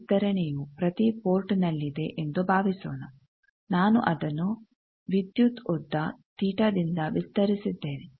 ಈ ವಿಸ್ತರಣೆಯು ಪ್ರತಿ ಪೋರ್ಟ್ನಲ್ಲಿದೆ ಎಂದು ಭಾವಿಸೋಣ ನಾನು ಅದನ್ನು ವಿದ್ಯುತ್ ಉದ್ದ ತೀಟtheta θ ದಿಂದ ವಿಸ್ತರಿಸಿದ್ದೇನೆ